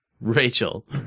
Rachel